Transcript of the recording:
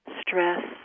stress